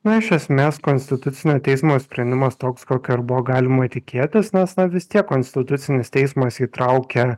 na iš esmės konstitucinio teismo sprendimas toks kokio ir buvo galima tikėtis nes na vis tiek konstitucinis teismas įtraukia